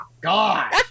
God